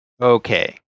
Okay